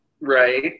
right